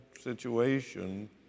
situation